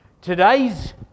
today's